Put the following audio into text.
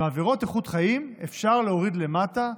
עבירות איכות חיים אפשר להוריד למטה,